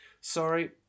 sorry